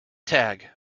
tag